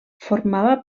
formava